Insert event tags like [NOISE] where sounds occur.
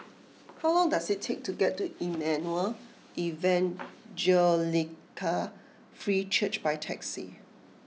how long does it take to get to Emmanuel [NOISE] Evangelical Free Church by taxi